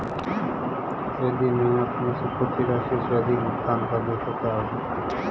यदि मैं अपनी चुकौती राशि से अधिक भुगतान कर दूं तो क्या होगा?